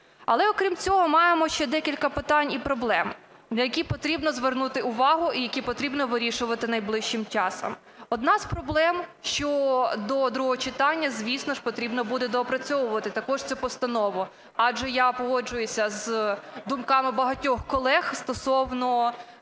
Але окрім цього маємо ще декілька питань і проблем, на які потрібно звернути увагу і які потрібно вирішувати найближчим часом. Одна з проблем, що до другого читання, звісно ж, потрібно буде доопрацьовувати також цю постанову, адже я погоджуюся з думками багатьох колег стосовно